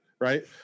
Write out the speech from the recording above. right